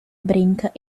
brinca